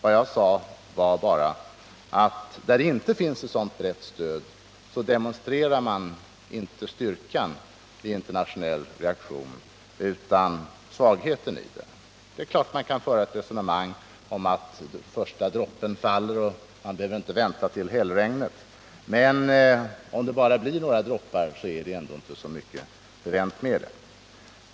Vad jag sade var bara att där det inte finns ett sådant brett stöd demonstrerar man inte styrkan i den internationella reaktionen utan svagheten i den. Det är klart att man kan föra ett resonemang om att första droppen faller och att man inte behöver vänta till hällregnet. Men om det bara blir några droppar är det ändå inte så mycket bevänt med det.